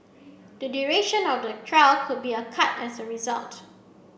the duration of the trial could be a cut as result